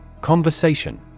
Conversation